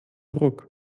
ruck